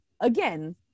again